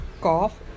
cough